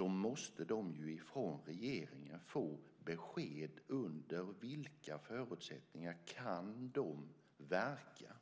måste de från regeringen få besked under vilka förutsättningar de kan verka.